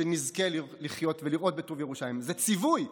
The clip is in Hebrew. שנזכה לחיות ולראות בטוב ירושלים, זה ציווי,